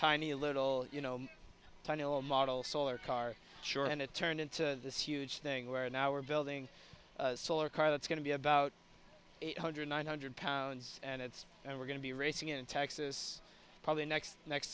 tiny little tiny little model solar car sure and it turned into this huge thing where in our building solar car that's going to be about eight hundred nine hundred pounds and it's and we're going to be racing in texas probably next next